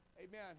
Amen